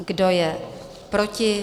Kdo je proti?